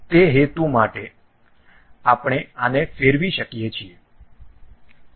તેથી તે હેતુ માટે આપણે આને ફેરવી શકીએ છીએ